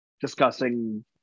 discussing